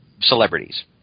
celebrities